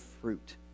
fruit